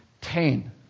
ten